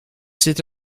zit